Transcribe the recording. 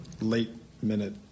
late-minute